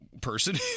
person